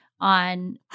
On